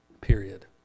period